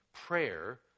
Prayer